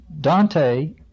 Dante